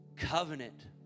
covenant